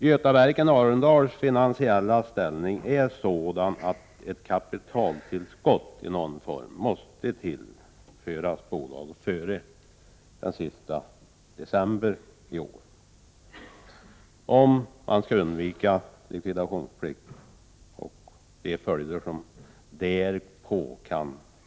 Götaverken Arendals finansiella ställning är sådan att ett kapitaltillskott i någon form måste tillföras bolaget före den 31 december 1988 om likvidationsplikt och andra följder skall kunna undvikas.